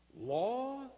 Law